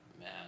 man